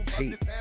hate